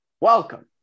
welcome